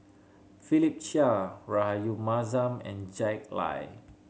Philip Chia Rahayu Mahzam and Jack Lai